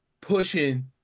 pushing